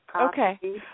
Okay